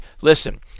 listen